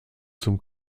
zum